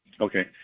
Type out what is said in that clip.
Okay